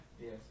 Yes